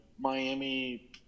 Miami